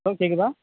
hello கேட்குதா